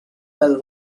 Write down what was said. bell